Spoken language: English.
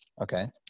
Okay